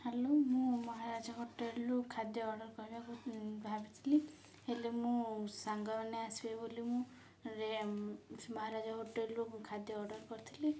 hello ମୁଁ ମହାରାଜା ହୋଟେଲ୍ରୁ ଖାଦ୍ୟ ଅର୍ଡ଼ର୍ କରିବାକୁ ଭାବିଥିଲି ହେଲେ ମୁଁ ସାଙ୍ଗମାନେ ଆସିବେ ବୋଲି ମୁଁ ରେ ମହାରାଜା ହୋଟେଲ୍ରୁ ଖାଦ୍ୟ ଅର୍ଡ଼ର୍ କରିଥିଲି